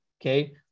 okay